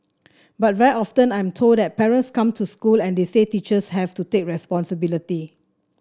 but very often I am told that parents come to school and they say teachers have to take responsibility